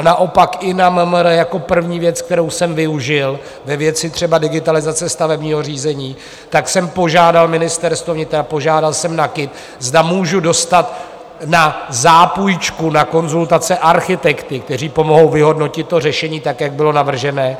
Naopak i na MMR jako první věc, kterou jsem využil ve věci třeba digitalizace stavebního řízení, tak jsem požádal Ministerstvo vnitra, požádal jsem NÚKIB, zda můžu dostat na zápůjčku na konzultace architekty, kteří pomohou vyhodnotit řešení tak, jak bylo navržené.